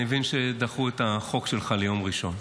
אני מבין שדחו את החוק שלך ליום ראשון.